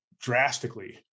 drastically